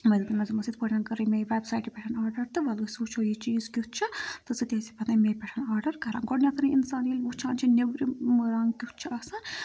وۄنۍ دوٚپمَس دوٚپمَس یِتھ پٲٹھۍ کٔرٕے مےٚ یہِ وٮ۪بسایٹہِ پٮ۪ٹھ آرڈَر تہٕ وَلہٕ أسۍ وٕچھو یہِ چیٖز کیُتھ چھُ تہٕ ژٕ تہِ ٲسۍ زِ پَتہٕ أمۍ پٮ۪ٹھ آرڈَر کَران گۄڈٕنٮ۪تھٕے اِنسان ییٚلہِ وٕچھان چھِ نیٚبرِم رَنٛگ کیُتھ چھُ آسان